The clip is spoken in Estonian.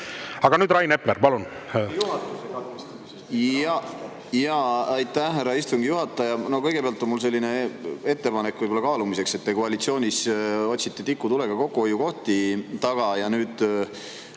Aga nüüd, Rain Epler, palun!